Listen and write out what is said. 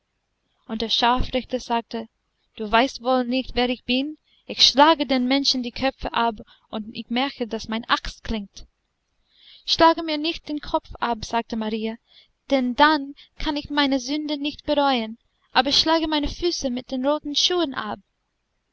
und der scharfrichter sagte du weißt wohl nicht wer ich bin ich schlage den menschen die köpfe ab und ich merke daß meine axt klingt schlage mir nicht den kopf ab sagte marie denn dann kann ich meine sünde nicht bereuen aber schlage meine füße mit den roten schuhen ab